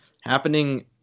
happening